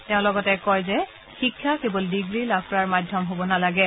তেওঁ লগতে কয় যে শিক্ষা কেৱল ডিগ্ৰী লাভ কৰাৰ মাধ্যম হ'ব নালাগে